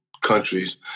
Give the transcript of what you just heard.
countries